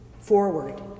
forward